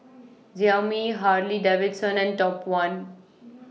Xiaomi Harley Davidson and Top one